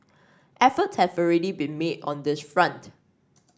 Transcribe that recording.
efforts have already been made on this front